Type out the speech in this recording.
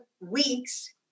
Weeks